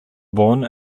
born